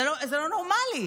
זה לא נורמלי.